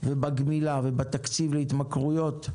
בגמילה ובתקציב להתמכרויות,